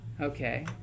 Okay